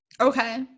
Okay